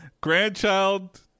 grandchild